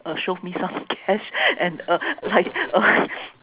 uh show me some cash and a like a